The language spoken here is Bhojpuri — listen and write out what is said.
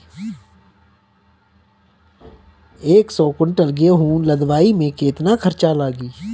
एक सौ कुंटल गेहूं लदवाई में केतना खर्चा लागी?